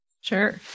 Sure